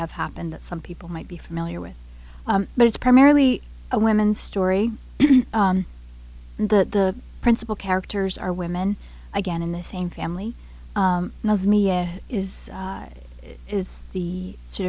have happened that some people might be familiar with but it's primarily a women's story and that the principal characters are women again in the same family is is the the sort